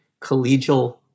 collegial